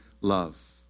love